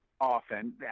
often